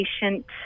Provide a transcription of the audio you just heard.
patient